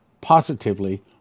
positively